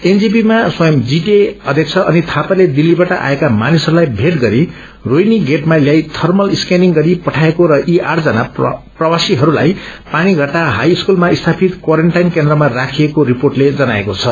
एनजेपीमा स्वयं जीटीए अध्यक्ष अनित थापाले दिल्लीबाट आएका मानिसहस्लाई भेट गरी रोहिणी गेटमा ल्याई थर्मल स्क्यानिंग गरी पठाएको र यी आठजना प्रवासीहस्लाई पानीषट्टा झई स्कूलमा स्यापित क्वारान्टाइन केन्द्रमा राखिएको रिपोर्टले जनाएको छ